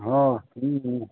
হয়